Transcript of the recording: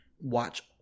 watch